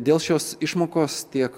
dėl šios išmokos tiek